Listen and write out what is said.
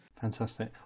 Fantastic